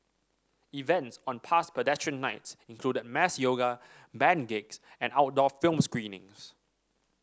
events on past Pedestrian Nights included mass yoga band gigs and outdoor film screenings